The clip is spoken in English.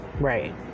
Right